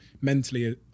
mentally